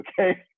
Okay